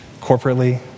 corporately